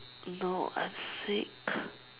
no I'm sick